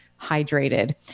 hydrated